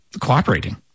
cooperating